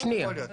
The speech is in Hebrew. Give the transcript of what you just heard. שנייה.